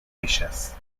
ellas